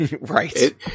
right